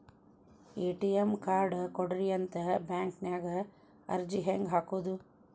ATM card ಕೊಡ್ರಿ ಅಂತ bank ನ್ಯಾಗ ಅರ್ಜಿ ಹೆಂಗ ಹಾಕೋದು?